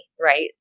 right